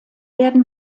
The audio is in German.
werden